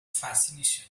fascination